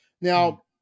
Now